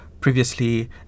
Previously